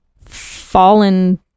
fallen